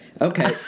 Okay